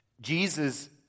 Jesus